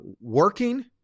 working